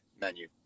menu